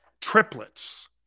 triplets